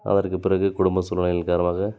அதற்கு பிறகு குடும்ப சூழ்நிலையின் காரணமாக